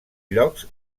llocs